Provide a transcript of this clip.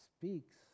speaks